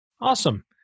Awesome